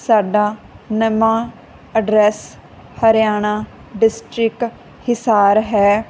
ਸਾਡਾ ਨਵਾਂ address Haryana district Hisar ਹੈ